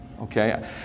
Okay